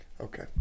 Okay